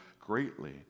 greatly